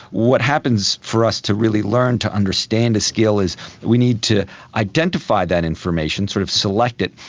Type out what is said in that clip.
what happens for us to really learn to understand a skill is we need to identify that information, sort of select it,